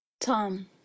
Tom